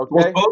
okay